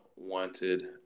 wanted